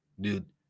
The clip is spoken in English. dude